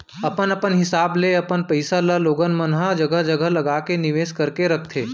अपन अपन हिसाब ले अपन पइसा ल लोगन मन ह जघा जघा लगा निवेस करके रखथे